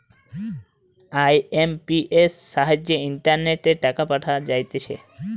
IMPS সাহায্যে ইন্টারনেটে টাকা পাঠানো যাইতেছে